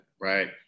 right